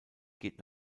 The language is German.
geht